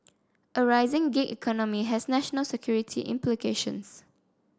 a rising gig economy has national security implications